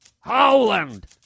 Howland